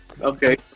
Okay